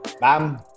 Bam